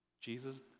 Jesus